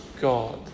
God